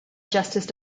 justice